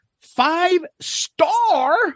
five-star